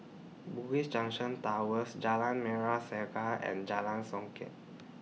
Bugis Junction Towers Jalan Merah Saga and Jalan Songket